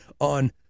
on